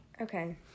Okay